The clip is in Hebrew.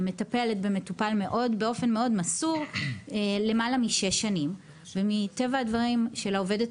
מטפלת במטופל באופן מאוד מאוד מסור למעלה משש שנים ומטבע הדברים לעובדת